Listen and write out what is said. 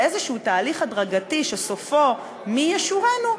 בתהליך הדרגתי כלשהו שסופו מי ישורנו,